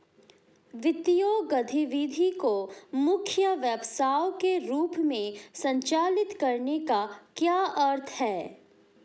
वित्तीय गतिविधि को मुख्य व्यवसाय के रूप में संचालित करने का क्या अर्थ है?